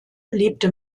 lebte